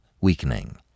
weakening